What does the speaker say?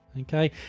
Okay